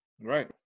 Right